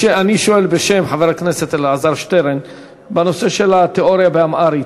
אני שואל בשם חבר הכנסת אלעזר שטרן בנושא של בחינת התיאוריה באמהרית.